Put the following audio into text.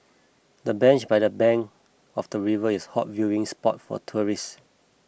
the bench by the bank of the river is a hot viewing spot for tourists